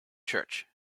church